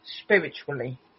spiritually